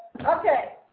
Okay